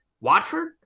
Watford